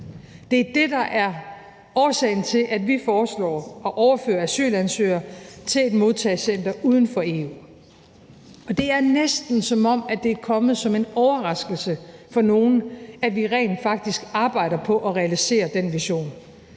Det er det, der er årsagen til, at vi foreslår at overføre asylansøgere til et modtagecenter uden for EU. Det er næsten, som om det er kommet som en overraskelse for nogen, at vi rent faktisk arbejder på at realisere den vision.